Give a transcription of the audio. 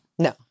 No